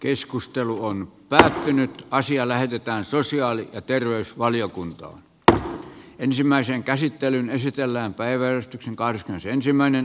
keskustelu on päättynyt ja asia lähetetään sosiaali ja terveysvaliokunta tänään ensimmäisen ymmärrettävään muotoon varsinaiseen päätökseen